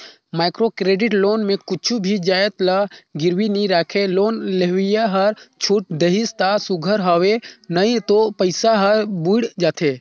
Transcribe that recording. micro credit loan में कुछु भी जाएत ल गिरवी नी राखय लोन लेवइया हर छूट देहिस ता सुग्घर हवे नई तो पइसा हर बुइड़ जाथे